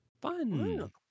Fun